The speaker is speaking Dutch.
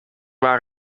waren